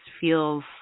feels